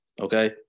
okay